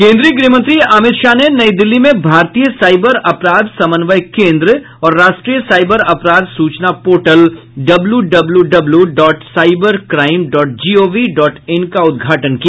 केंद्रीय गृह मंत्री अमित शाह ने नई दिल्ली में भारतीय साइबर अपराध समन्वय केंद्र और राष्ट्रीय साइबर अपराध सूचना portal W W W dot cyber crime dot G O V dot in का उदघाटन किया